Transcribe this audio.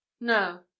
No